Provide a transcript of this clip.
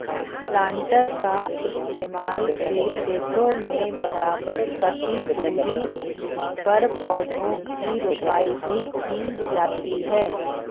planter का इस्तेमाल से खेतों में बराबर ककी दूरी पर पौधा की रोपाई भी की जाती है